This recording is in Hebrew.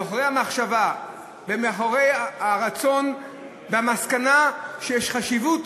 מאחורי המחשבה ומאחורי הרצון והמסקנה שיש חשיבות